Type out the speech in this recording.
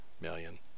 million